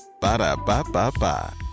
Ba-da-ba-ba-ba